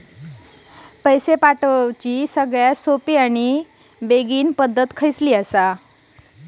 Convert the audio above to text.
निधी हस्तांतरणाची सगळ्यात सोपी आणि जलद पद्धत कोणती आहे?